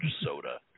soda